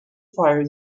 fire